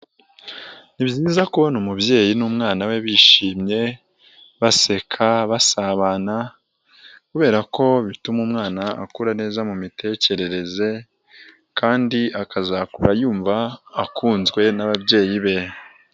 Ni byiza kubona umubyeyi n'umwana we bishimye, baseka, basabana, kubera ko bituma umwana akura neza mu mitekerereze kandi akazakura yumva akunzwe n'ababyeyi be.